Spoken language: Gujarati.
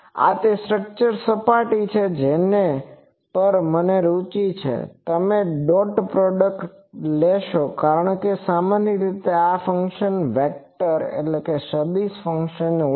આ તે સ્ટ્રક્ચરની સપાટી પર છે જેના પર મને રુચિ છે કે તમે ડોટ પ્રોડક્ટ લેશો કારણ કે સામાન્ય રીતે આ ફંક્શન પણ વેક્ટરvectorસદિશ ફંક્શન્સ હોય છે